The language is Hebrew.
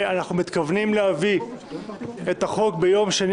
אנחנו מתכוונים להביא את החוק ביום שני